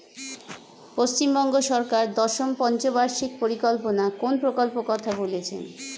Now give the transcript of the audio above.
পশ্চিমবঙ্গ সরকার দশম পঞ্চ বার্ষিক পরিকল্পনা কোন প্রকল্প কথা বলেছেন?